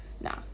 nah